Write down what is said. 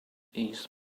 eased